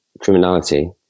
criminality